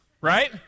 Right